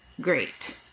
Great